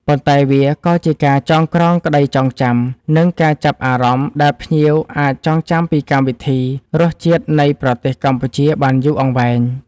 ប៉ុន្តែវាក៏ជាការចងក្រងក្តីចងចាំ និងការចាប់អារម្មណ៍ ដែលភ្ញៀវអាចចងចាំពីកម្មវិធី រសជាតិនៃប្រទេសកម្ពុជា បានយូរអង្វែង។